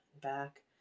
back